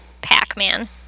Pac-Man